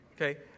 Okay